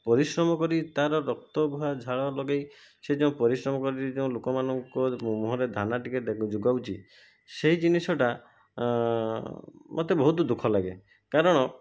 ପରିଶ୍ରମ କରି ତା'ର ରକ୍ତବୁହା ଝାଳ ଲଗାଇ ସେ ଯେଉଁ ପରିଶ୍ରମ କରି ଯେଉଁ ଲାକମାନଙ୍କ ମୁହଁରେ ଦାନା ଟିକିଏ ଯୋଗାଉଛି ସେ ଜିନିଷଟା ମୋତେ ବହୁତ ଦୁଃଖ ଲାଗେ କାରଣ